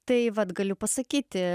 tai vat galiu pasakyti